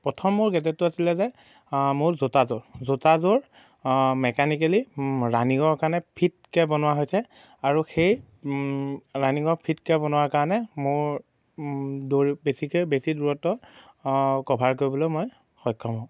প্ৰথম মোৰ গেজেটো আছিলে যে মোৰ জোতাযোৰ জোতাযোৰ মেকানিকেলী ৰানিঙৰ কাৰণে ফিটকৈ বনোৱা হৈছে আৰু সেই ৰানিঙৰ ফিটকৈ বনোৱাৰ কাৰণে মোৰ দৌৰি বেছিকৈ বেছি দূৰত্ব কভাৰ কৰিবলৈ মই সক্ষম হওঁ